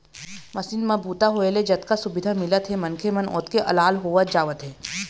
machine म बूता होए ले जतका सुबिधा मिलत हे मनखे मन ओतके अलाल होवत जावत हे